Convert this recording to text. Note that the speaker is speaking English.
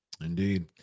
Indeed